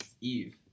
Eve